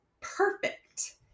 perfect